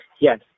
Yes